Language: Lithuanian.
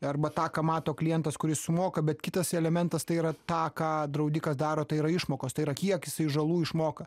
arba tą ką mato klientas kuris sumoka bet kitas elementas tai yra tą ką draudikas daro tai yra išmokos tai yra kiek isai žalų išmoka